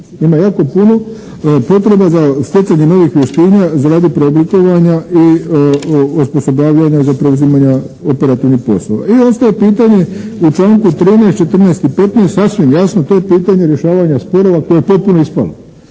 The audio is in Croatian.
Ima jako puno potreba za stjecanje novih vještina za radi preoblikovanja i osposobljavanja za preuzimanja operativnih poslova. I ostaje pitanje u članku 13., 14. i 15. sasvim jasno, to je pitanje rješavanja sporova koje je potpuno ispalo.